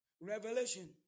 Revelation